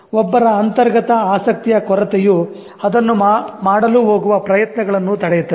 ಒಬ್ಬರ ಅಂತರ್ಗತ ಆಸಕ್ತಿಯ ಕೊರತೆಯು ಅದನ್ನು ಮಾಡಲು ಹೋಗುವ ಪ್ರಯತ್ನಗಳನ್ನು ತಡೆಯುತ್ತದೆ